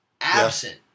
absent